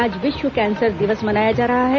आज विश्व कैंसर दिवस मनाया जा रहा है